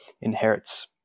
inherits